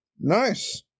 Nice